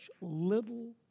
little